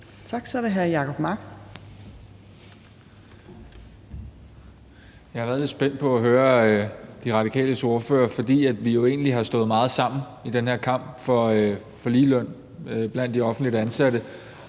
Mark. Kl. 15:35 Jacob Mark (SF): Jeg har været lidt spændt på at høre Radikales ordfører, for vi har jo egentlig stået meget sammen i den her kamp for ligeløn blandt de offentligt ansatte,